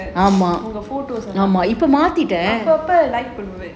உங்க எல்லாம் அப்பப்போ பண்ணுவேன்:unga ellaam appappo like பண்ணுவேன்:pannuvaen